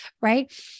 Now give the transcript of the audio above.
right